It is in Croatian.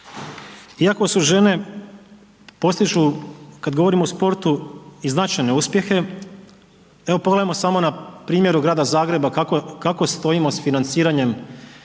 Iako su žene postižu kada govorimo o sportu i značajne uspjehe, evo pogledajmo samo na primjeru Grada Zagreba kako stojimo s financiranjem